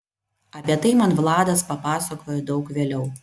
apie tai man vladas papasakojo daug vėliau